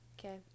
okay